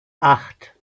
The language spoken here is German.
acht